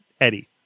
Eddie